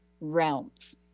realms